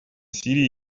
сирии